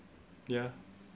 ya